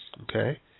Okay